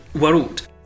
world